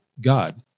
God